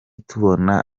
tubona